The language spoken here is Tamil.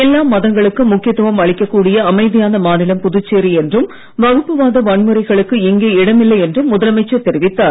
எல்லா மதங்களுக்கும் முக்கியத்துவம் அளிக்கக் கூடிய அமைதியான மாநிலம் புதுச்சேரி என்றும் வகுப்புவாத வன்முறைகளுக்கு இங்கே இடமில்லை என்றும் முதலமைச்சர் தெரிவித்தார்